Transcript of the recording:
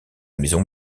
maison